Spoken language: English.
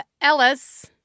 Ellis